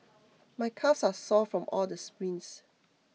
my calves are sore from all the sprints